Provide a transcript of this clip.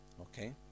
Okay